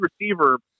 receiver